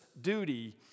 duty